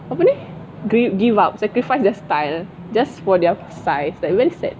apa ni grief give up sacrifice their style just for their size like very sad